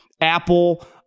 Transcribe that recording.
Apple